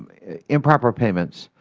improper payments